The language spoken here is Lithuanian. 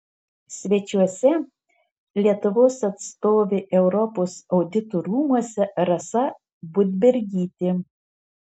svečiuose lietuvos atstovė europos audito rūmuose rasa budbergytė